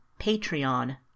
patreon